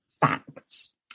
facts